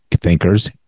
thinkers